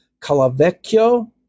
Calavecchio